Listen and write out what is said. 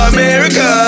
America